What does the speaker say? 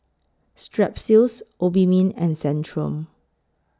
Strepsils Obimin and Centrum